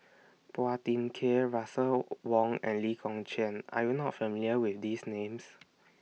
Phua Thin Kiay Russel Wong and Lee Kong Chian Are YOU not familiar with These Names